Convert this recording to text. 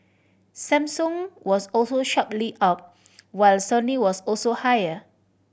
Samsung was also sharply up while Sony was also higher